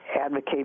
advocate